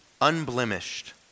unblemished